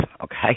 okay